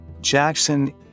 Jackson